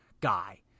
guy